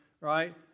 right